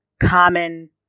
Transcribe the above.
common